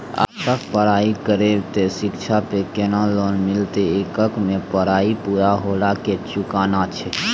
आप पराई करेव ते शिक्षा पे केना लोन मिलते येकर मे पराई पुरा होला के चुकाना छै?